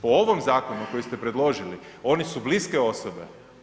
Po ovom zakonu koji ste predložili, oni su bliske osobe.